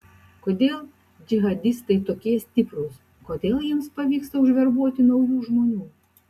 kodėl džihadistai tokie stiprūs kodėl jiems pavyksta užverbuoti naujų žmonių